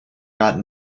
got